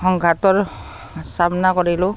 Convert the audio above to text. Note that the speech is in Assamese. সংঘাতৰ চামনা কৰিলোঁ